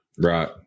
Right